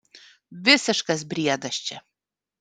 visiškas briedas čia